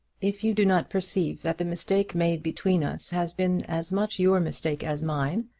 if you do not perceive that the mistake made between us has been as much your mistake as mine,